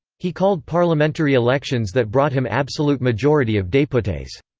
he called parliamentary elections that brought him absolute majority of deputes.